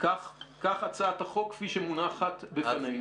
כך הצעת החוק כפי שמונחת לפנינו.